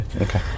okay